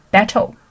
Battle